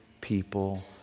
people